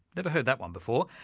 never heard that one before.